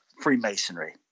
Freemasonry